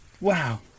Wow